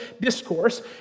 discourse